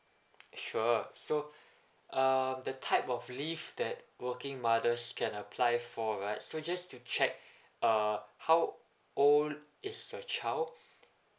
sure so uh the type of leave that working mothers can apply for right so just to check uh how old is your child